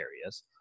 areas